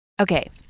Okay